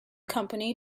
company